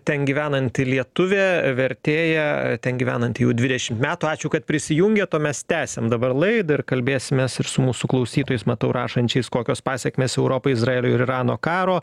ten gyvenanti lietuvė vertėja ten gyvenanti jau dvidešimt metų ačiū kad prisijungėt o mes tęsiam dabar laidą ir kalbėsimės ir su mūsų klausytojais matau rašančiais kokios pasekmės europai izraelio ir irano karo